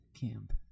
camp